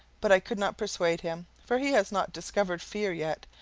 but i could not persuade him, for he has not discovered fear yet,